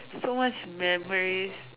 so much memories